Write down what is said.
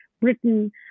Britain